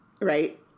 Right